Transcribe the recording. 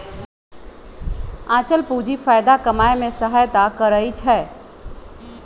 आंचल पूंजी फयदा कमाय में सहयता करइ छै